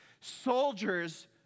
Soldiers